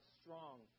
strong